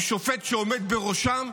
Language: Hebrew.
עם שופט שעומד בראשם,